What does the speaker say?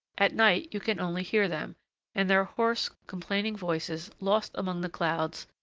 at night, you can only hear them and their hoarse, complaining voices, lost among the clouds,